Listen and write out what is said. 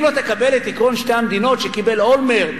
אם לא תקבל את עקרון שתי המדינות שקיבל אולמרט,